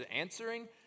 answering